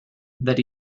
that